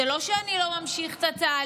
זה לא שאני לא ממשיך את התהליך,